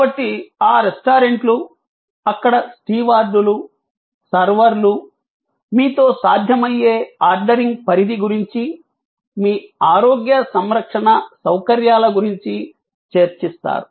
కాబట్టి ఆ రెస్టారెంట్లు అక్కడ స్టీవార్డులు సర్వర్లు మీతో సాధ్యమయ్యే ఆర్డరింగ్ పరిధి గురించి మీ ఆరోగ్య సంరక్షణ సౌకర్యాల గురించి చర్చిస్తారు